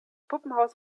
puppenhaus